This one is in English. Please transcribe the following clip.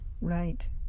Right